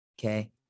okay